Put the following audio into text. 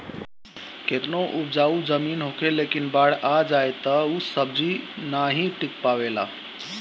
केतनो उपजाऊ जमीन होखे लेकिन बाढ़ आ जाए तअ ऊ सब्जी नाइ टिक पावेला